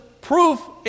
proof